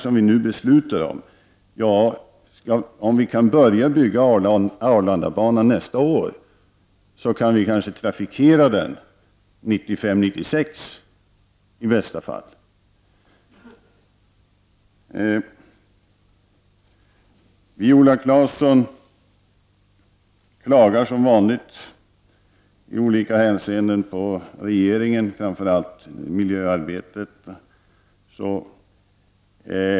Om vi kan börja bygga Arlandabanan nästa år, kan vi kanske trafikera den 1995—1996 i bästa fall. Viola Claesson beklagar sig som vanligt i olika hänseenden över regeringen, framför allt miljöarbetet.